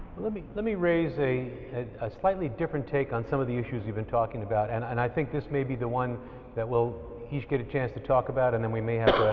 let me let me raise a a slightly different take on some of the issues you've been talking about, and and i think this may be the one that we'll each get a chance to talk about and then we may have